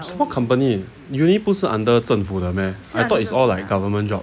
什么 company uni 不是 under 政府的 meh I thought it's all like government job